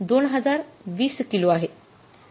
हे २०२० किलो आहे